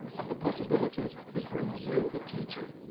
and the possibilities it brings you, the teacher,